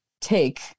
take